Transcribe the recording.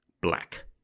black